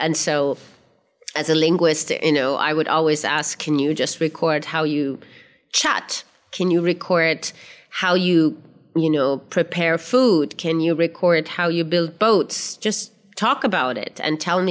and so as a linguist you know i would always ask can you just record how you chat can you record how you you know prepare food can you record how you build boats just talk about it and tell